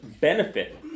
benefit